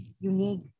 unique